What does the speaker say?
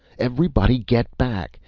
everybody get back.